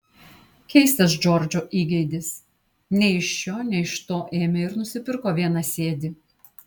keistas džordžo įgeidis nei iš šio nei iš to ėmė ir nusipirko vienasėdį